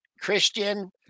Christian